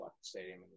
stadium